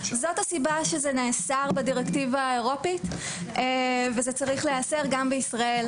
זאת הסיבה שזה נאסר בדירקטיבה האירופית וזה צריך להיאסר גם בישראל.